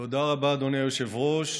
תודה רבה, אדוני היושב-ראש.